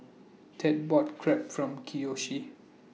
Ted bought Crepe For Kiyoshi